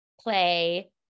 play